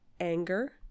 anger